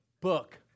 book